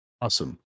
Awesome